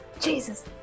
Jesus